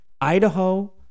Idaho